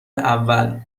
اول